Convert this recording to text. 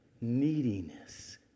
neediness